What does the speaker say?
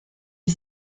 est